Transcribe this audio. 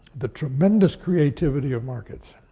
the tremendous creativity of markets,